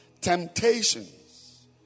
temptations